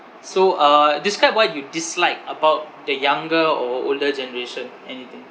so uh describe what you dislike about the younger or older generation anything